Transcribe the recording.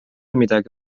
midagi